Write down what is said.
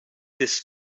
this